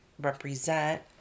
represent